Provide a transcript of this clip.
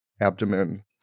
abdomen